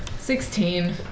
Sixteen